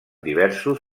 diversos